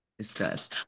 discuss